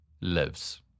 lives